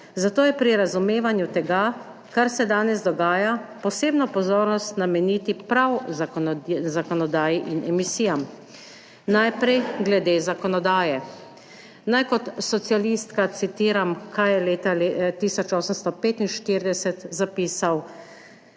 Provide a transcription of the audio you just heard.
Zato je pri razumevanju tega, kar se danes dogaja, posebno pozornost nameniti prav zakonodaji in emisijam. Najprej glede zakonodaje. Naj kot socialistka citiram, kar je leta 1845 zapisal